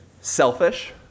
selfish